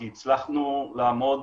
כי הצלחנו לעמוד